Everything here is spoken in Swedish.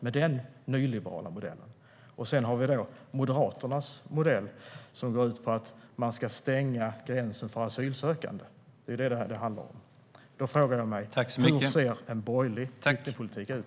Sedan har vi Moderaternas modell som går ut på att man ska stänga gränsen för asylsökande. Det är ju det som det handlar om. Då frågar jag mig: Hur ser en borgerlig flyktingpolitik ut?